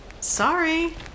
Sorry